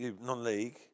Non-league